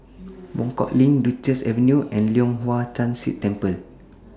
Buangkok LINK Duchess Avenue and Leong Hwa Chan Si Temple